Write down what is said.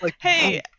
Hey